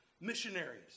missionaries